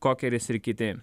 kokeris ir kiti